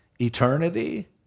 eternity